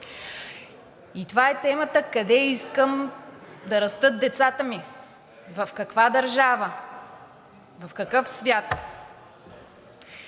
и това е темата къде искам да растат децата ми, в каква държава, в какъв свят?